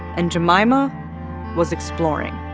and jemima was exploring